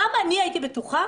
גם אני הייתי בטוחה